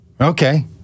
okay